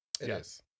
Yes